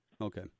okay